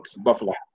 Buffalo